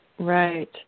Right